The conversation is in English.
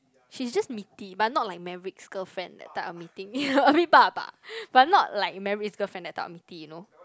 she's just meaty but not like Meverick's girlfriend that type of meaty you know a bit buff ah but not like Meverick's girlfriend that type of meaty you know